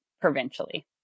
provincially